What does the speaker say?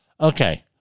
Okay